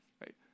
right